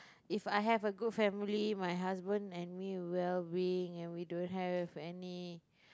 if I have a good family my husband and me well being and we don't have any